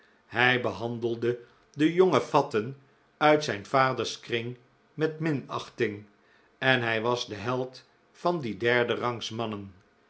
hij behandelde de jonge fatten uit zijn vaders kring met minachting en hij was de held van die derderangs mannen